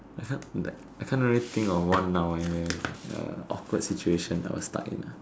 I can't I can't really think of one now eh awkward situation I was stuck in ah